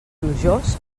plujós